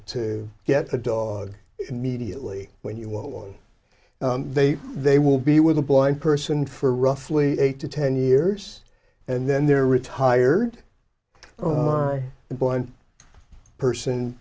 to get a dog immediately when you want one they they will be with a blind person for roughly eight to ten years and then they're retired a blind person